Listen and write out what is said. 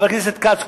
חבר הכנסת כץ,